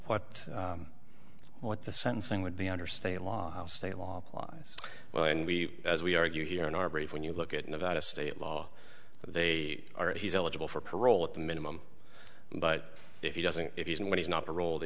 what what the sentencing would be under state law state law applies when we as we argue here in our brief when you look at nevada state law they are he's eligible for parole at the minimum but if he doesn't if he's in when he's not parole